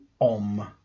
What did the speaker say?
OM